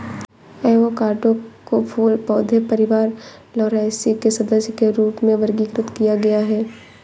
avocado को फूल पौधे परिवार लौरासी के सदस्य के रूप में वर्गीकृत किया गया है